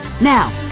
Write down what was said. Now